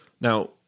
Now